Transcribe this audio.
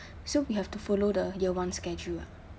so we have to follow the year one schedule [what]